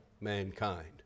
mankind